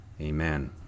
Amen